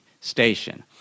station